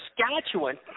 Saskatchewan